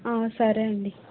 సరే అండి